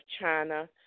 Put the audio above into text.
China